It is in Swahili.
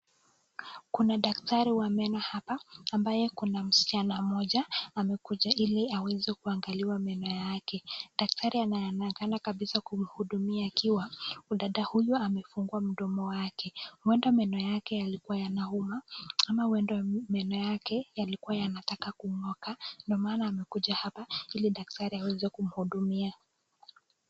Kuna daktari wa meno hapa, ambaye kuna msichana mmoja amekuja ili waeze kuangaliwa meno yake. Daktari anaonekana kabisa kumhudumia akiwa, dada huyu amefungua mdomo wake, huenda meno yake yalikuwa yanauma ama huenda meno yake yalikuwa yanataka kung'oka, ndio maana amekuja hapa, ili daktari aweze kumhudumia.